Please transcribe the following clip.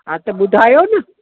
हा त ॿुधायो न